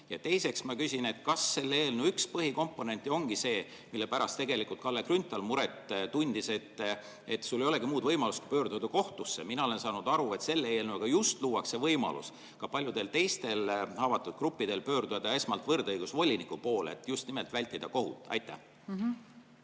Teiseks ma küsin, kas selle eelnõu üks põhikomponente ongi see, mille pärast Kalle Grünthal muret tundis, et sul ei olegi muud võimalust kui pöörduda kohtusse. Mina olen aru saanud, et selle eelnõuga luuakse võimalus ka paljudele teistele avatud gruppidele pöörduda esmalt võrdõigusvoliniku poole, et just nimelt vältida kohut. Aitäh,